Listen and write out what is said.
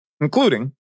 including